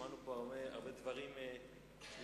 שמענו פה הרבה דברים שליליים.